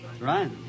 Right